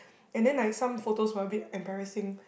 and then like some photos were a bit embarrassing